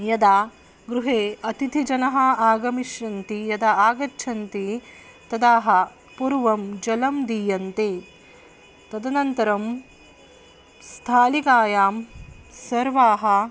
यदा गृहे अतिथिजनः आगमिष्यन्ति यदा आगच्छन्ति तदा पूर्वं जलं दीयन्ते तदनन्तरं स्थालिकायां सर्वाः